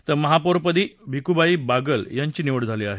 तर उपमहापौर पदी भिकुबाई बागुल यांची निवड झाली आहे